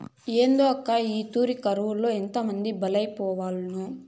ఏందోనక్కా, ఈ తూరి కరువులో ఎంతమంది బలైపోవాల్నో